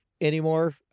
anymore